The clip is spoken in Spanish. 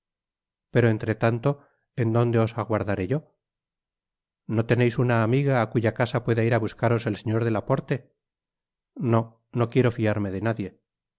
pero entre tanto en donde os aguardaré yo no teneis una amiga á cuya casa pueda ir á buscaros el señor de laporte nó no quiero fiarme de nadie